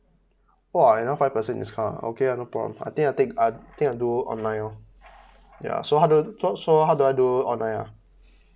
!wah! another five percent discout uh okay uh no problem I think I take uh l think I do online lor ya so how do I so how do I do online uh